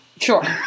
Sure